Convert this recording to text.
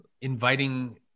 inviting